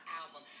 album